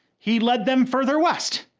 he led them further west.